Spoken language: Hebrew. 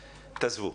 תעזבו.